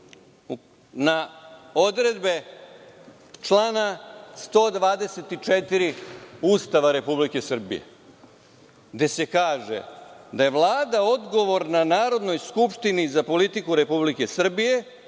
na odredbe člana 124. Ustava Republike Srbije gde se kaže da je Vlada odgovorna Narodnoj skupštini za politiku Republike Srbije,